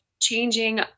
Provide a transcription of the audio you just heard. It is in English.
changing